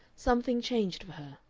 something changed for her.